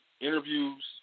interviews